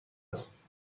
است